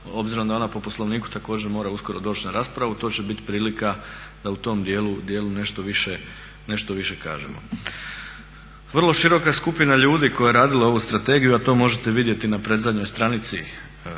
obzirom da ona po Poslovniku također mora uskoro doći na raspravu, to će biti prilika da o tom dijelu nešto više kažemo. Vrlo široka skupina ljudi koja je radila ovu Strategiju a to možete vidjeti na predzadnjoj stranici gdje